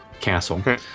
castle